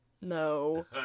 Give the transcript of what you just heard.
No